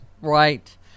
right